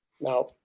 Now